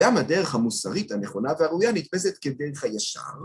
גם הדרך המוסרית הנכונה והראויה נתפשת כדרך הישר.